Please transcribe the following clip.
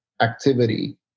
activity